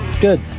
Good